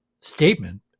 statement